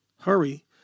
Hurry